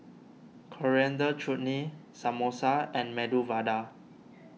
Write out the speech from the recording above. Coriander Chutney Samosa and Medu Vada